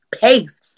pace